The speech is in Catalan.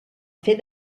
fer